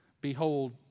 behold